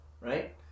right